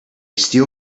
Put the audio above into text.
steel